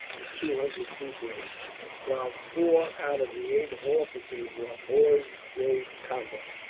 and two hundred sepoys while four out of the eight officers were hors de combat.